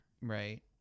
Right